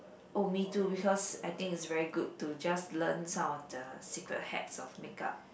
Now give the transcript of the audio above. oh me too because I think is very good to just learn some of the secret hacks of makeup